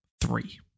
three